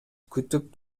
күтүп